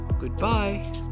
goodbye